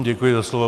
Děkuji za slovo.